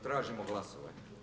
Tražimo glasovanje.